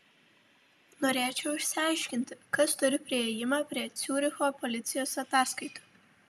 norėčiau išsiaiškinti kas turi priėjimą prie ciuricho policijos ataskaitų